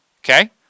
Okay